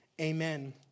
Amen